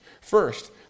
First